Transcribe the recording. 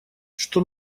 что